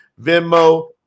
Venmo